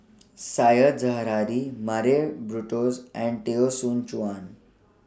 Said Zahari Murray Buttrose and Teo Soon Chuan